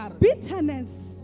bitterness